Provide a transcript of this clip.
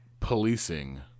policing